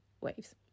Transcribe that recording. Waves